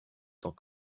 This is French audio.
tant